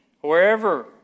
wherever